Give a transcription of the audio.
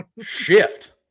shift